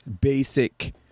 basic